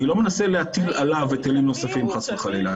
אני לא מנסה להטיל עליו היטלים נוספים חס וחלילה,